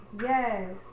Yes